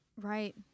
Right